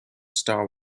star